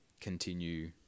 continue